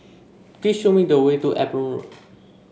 please show me the way to Eben Road